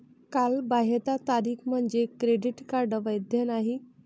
कालबाह्यता तारीख म्हणजे क्रेडिट कार्ड वैध नाही